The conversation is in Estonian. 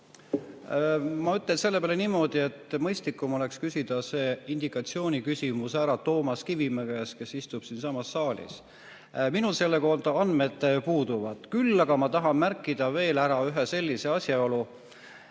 Ma ütlen selle peale niimoodi, et mõistlikum oleks küsida see indikatsiooni küsimus Toomas Kivimäe käest, kes istub siinsamas saalis. Minul selle kohta andmed puuduvad. Küll aga ma tahan märkida veel ära ühe asjaolu,